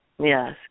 yes